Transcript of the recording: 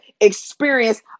experience